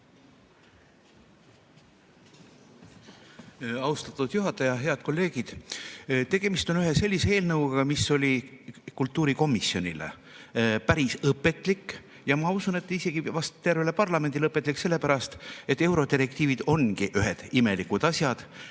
Austatud juhataja! Head kolleegid! Tegemist on ühe sellise eelnõuga, mis oli kultuurikomisjonile päris õpetlik ja ma usun, et vast isegi tervele parlamendile õpetlik, sellepärast et eurodirektiivid ongi ühed imelikud asjad,